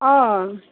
ꯑꯥ